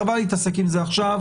חבל להתעסק עם זה עכשיו.